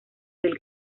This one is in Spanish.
del